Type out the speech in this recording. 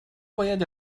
باید